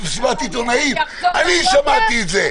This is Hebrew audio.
מסיבת עיתונאים, אני שמעתי את זה,